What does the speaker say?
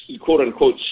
quote-unquote